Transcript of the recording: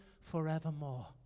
forevermore